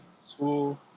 school